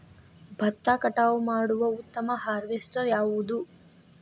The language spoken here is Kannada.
ಭತ್ತ ಕಟಾವು ಮಾಡುವ ಉತ್ತಮ ಹಾರ್ವೇಸ್ಟರ್ ಯಾವುದು?